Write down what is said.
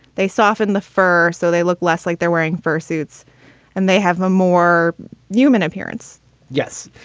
they soften the fur so they look less like they're wearing first suits and they have a more human appearance yes,